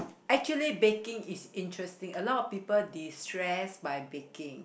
actually baking is interesting a lot of people destress by baking